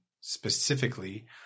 specifically